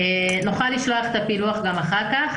נוכל לשלוח את הפילוח גם אחר כך.